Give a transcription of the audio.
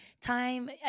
time